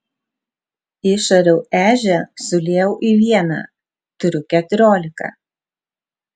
išariau ežią suliejau į vieną turiu keturiolika